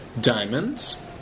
Diamonds